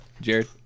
Jared